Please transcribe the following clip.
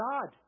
God